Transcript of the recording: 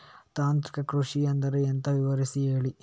ತಾಂತ್ರಿಕ ಕೃಷಿ ಅಂದ್ರೆ ಎಂತ ವಿವರಿಸಿ ಹೇಳಿ